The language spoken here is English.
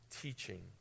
teaching